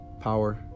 Power